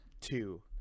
two